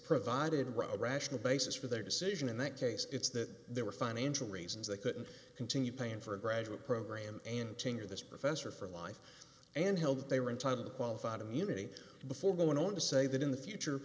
provided road rational basis for their decision in that case it's that there were financial reasons they couldn't continue paying for a graduate program and tenure this professor for life and held that they were entitled qualified immunity before going on to say that in the future